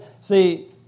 see